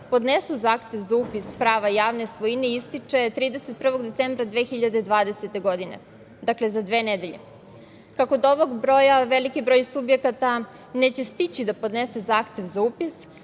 podnesu zahtev za upis prava javne svojine ističe 31. decembra 2020. godine, dakle za dve nedelje. Kako do ovog broja veliki broj subjekata neće stići da podnese zahtev za upis,